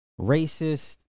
racist